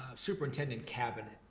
superintendent cabinet.